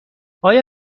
آیا